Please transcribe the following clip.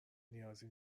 نیازی